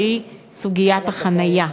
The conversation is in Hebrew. והיא סוגיית החניה.